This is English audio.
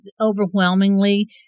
overwhelmingly